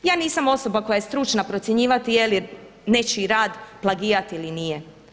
Ja nisam osoba koja je stručna procjenjivati je li nečiji rad plagijat ili nije.